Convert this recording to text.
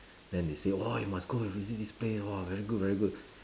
then they say orh you must go and visit this place !wah! very good very good